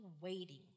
waiting